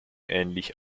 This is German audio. ähnlich